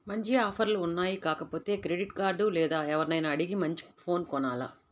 మంచి ఆఫర్లు ఉన్నాయి కాకపోతే క్రెడిట్ కార్డు లేదు, ఎవర్నైనా అడిగి మంచి ఫోను కొనాల